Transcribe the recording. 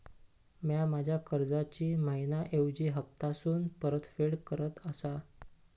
म्या माझ्या कर्जाची मैहिना ऐवजी हप्तासून परतफेड करत आसा